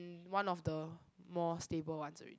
in one of the more stable ones already